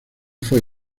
fue